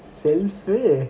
self uh